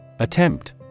Attempt